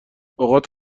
اوقات